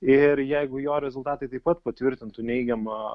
ir jeigu jo rezultatai taip pat patvirtintų neigiamą